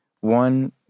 one